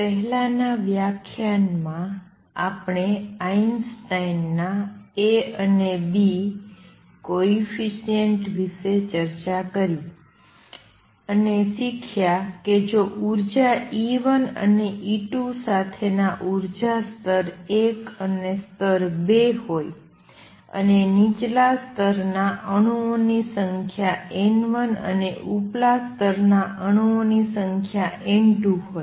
પહેલાનાં વ્યાખ્યાનમાં આપણે આઈન્સ્ટાઇનનાં A અને B કોએફિસિએંટ વિશે ચર્ચા કરી અને શીખ્યા કે જો ઉર્જા E1 અને E2 સાથેના ઉર્જા સ્તર ૧ અને સ્તર ૨ હોય અને નીચલા સ્તરના અણુઓની સંખ્યા N1 અને ઉપલા સ્તર ના અણુઓની સંખ્યા N2 હોય